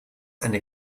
eine